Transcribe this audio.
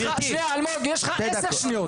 יש לך אלמוג יש לך 10 שניות,